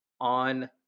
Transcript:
on